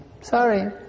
sorry